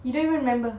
he don't even remember